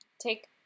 take